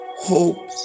Hope